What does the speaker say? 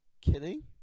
kidding